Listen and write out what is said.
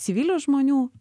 civilių žmonių